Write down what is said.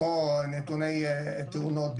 כמו נתוני תאונות,